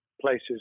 places